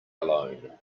alone